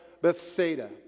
Bethsaida